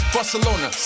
Barcelona